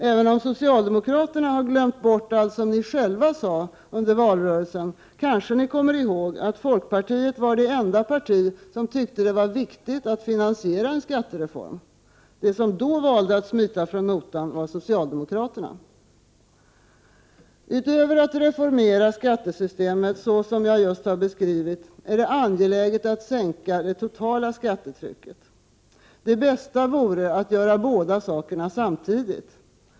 Även om socialdemokraterna har glömt bort allt som ni själva sade under valrörelsen, kanske ni kommer ihåg att folkpartiet var det enda parti som tyckte att det var viktigt att finansiera en skattereform. De som då valde att smita från notan var socialdemokraterna. Utöver att reformera skattesystemet så som jag just har beskrivit är det angeläget att sänka det totala skattetrycket. Det bästa vore att göra båda sakerna samtidigt.